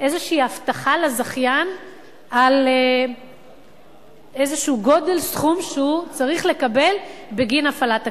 איזו הבטחה לזכיין על איזה גודל סכום שהוא צריך לקבל בגין הפעלת הכביש.